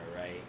right